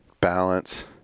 Balance